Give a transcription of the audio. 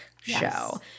show